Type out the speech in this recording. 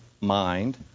mind